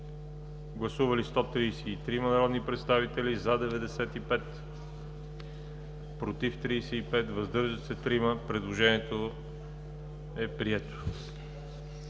Гласували 133 народни представители: за 95, против 35, въздържали се 3. Предложението е прието.